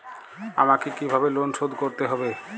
আমাকে কিভাবে লোন শোধ করতে হবে?